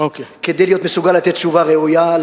כדי להיות מסוגל לתת תשובה ראויה.